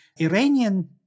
Iranian